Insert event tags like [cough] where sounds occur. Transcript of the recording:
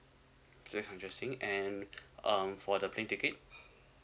three hundred singapore and [breath] um for the plane ticket